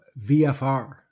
VFR